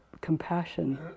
compassion